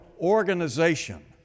organization